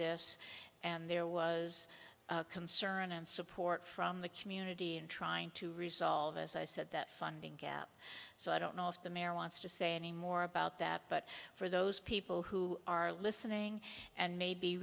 this and there was concern and support from the community in trying to resolve as i said that funding gap so i don't know if the mayor wants to say any more about that but for those people who are listening and may be